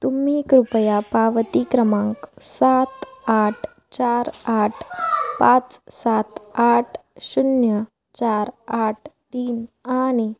तुम्ही कृपया पावती क्रमांक सात आठ चार आठ पाच सात आठ शून्य चार आठ तीन आ णि